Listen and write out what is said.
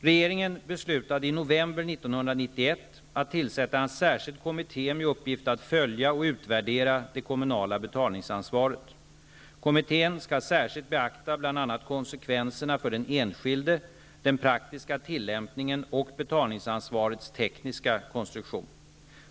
Regeringen beslutade i november 1991 att tillsätta en särskild kommitté med uppgift att följa och utvärdera det kommunala betalningsansvaret. Kommittén skall särskilt beakta bl.a. konsekvenserna för den enskilde, den praktiska tillämpningen och betalningsansvarets tekniska konstruktion.